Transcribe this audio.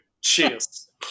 Cheers